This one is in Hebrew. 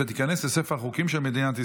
ותיכנס לספר החוקים של מדינת ישראל.